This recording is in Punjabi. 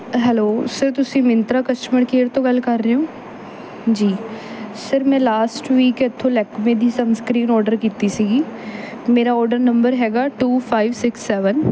ਹੈਲੋ ਸਰ ਤੁਸੀਂ ਮਿੰਤਰਾ ਕਸਟਮਰ ਕੇਅਰ ਤੋਂ ਗੱਲ ਕਰ ਰਹੇ ਹੋ ਜੀ ਸਰ ਮੈਂ ਲਾਸਟ ਵੀਕ ਇੱਥੋਂ ਲੈਕਮੀ ਦੀ ਸਨਸਕਰੀਨ ਓਡਰ ਕੀਤੀ ਸੀਗੀ ਮੇਰਾ ਓਡਰ ਨੰਬਰ ਹੈਗਾ ਟੂ ਫਾਈਵ ਸਿਕਸ ਸੈਵਨ